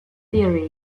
theory